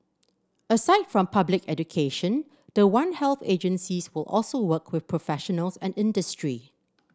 aside from public education the one health agencies will also work with professionals and industry